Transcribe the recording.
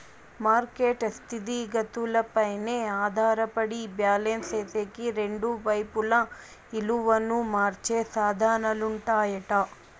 market స్థితిగతులపైనే ఆధారపడి balance సేసేకి రెండు వైపులా ఇలువను మార్చే సాధనాలుంటాయట